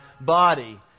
body